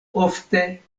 ofte